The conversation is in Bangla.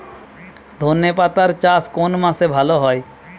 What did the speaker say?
ধনেপাতার চাষ কোন মাসে ভালো হয়?